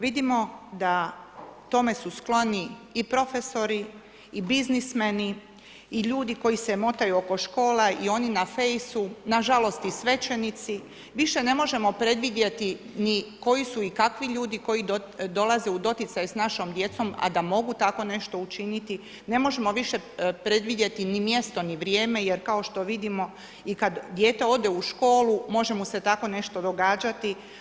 Vidimo da tome su skloni i profesori i biznismeni i ljudi koji se motaju oko škola i oni na Facebooku nažalost i svećenici, više ne možemo predvidjeti ni koji su i kakvi ljudi dolaze u doticaj s našom djecom a da mogu tako nešto učiniti, ne možemo više predvidjeti ni mjesto ni vrijeme, jer kao što vidimo, kada dijete ode u školu, može mu se tako nešto događati.